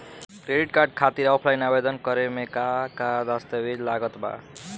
Credit card खातिर offline आवेदन करे म का का दस्तवेज लागत बा?